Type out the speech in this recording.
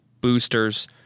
boosters